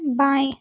बाएँ